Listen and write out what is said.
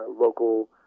local